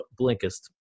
Blinkist